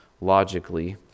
logically